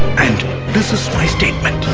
and this is my statement.